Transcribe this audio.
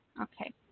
Okay